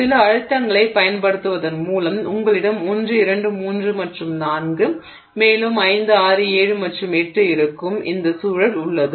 சில அழுத்தங்களைப் பயன்படுத்துவதன் மூலம் உங்களிடம் 1 2 3 மற்றும் 4 மேலும் 5 6 7 மற்றும் 8 இருக்கும் இந்த சூழல் உள்ளது